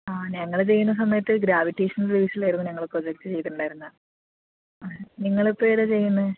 ആ ഞങ്ങൾ ചെയ്യുന്ന സമയത്ത് ഗ്രാവിറ്റേഷണൽ ഫോഴ്സിലായിരുന്നു ഞങ്ങൾ പ്രൊജക്ട് ചെയ്തിട്ടുണ്ടായിരുന്നത് നിങ്ങളിപ്പോൾ ഏതാണ് ചെയ്യുന്നത്